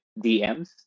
DMs